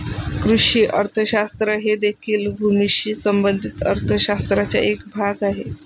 कृषी अर्थशास्त्र हे देखील भूमीशी संबंधित अर्थ शास्त्राचा एक भाग आहे